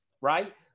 Right